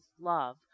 love